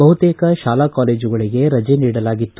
ಬಹುತೇಕ ಶಾಲಾ ಕಾಲೇಜುಗಳಿಗೆ ರಜೆ ನೀಡಲಾಗಿತ್ತು